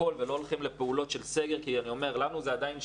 הולכים לפעולות של סגר כי לנו זה עדיין שלוב.